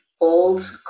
old